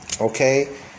okay